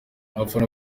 abafana